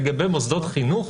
לגבי מוסדות חינוך,